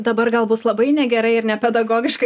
dabar gal bus labai negerai ir nepedagogiškai